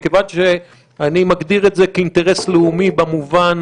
מכיוון שאני מגדיר את זה כאינטרס לאומי במובן